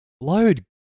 Load